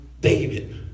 David